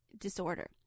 disorder